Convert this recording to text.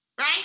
right